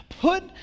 Put